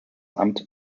amt